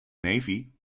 navy